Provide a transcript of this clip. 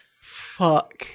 fuck